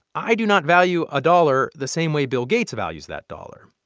i do not value a dollar the same way bill gates values that dollar.